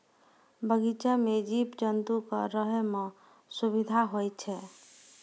बगीचा सें जीव जंतु क रहै म सुबिधा होय छै